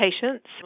patients